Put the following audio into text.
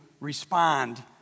respond